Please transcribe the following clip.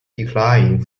decline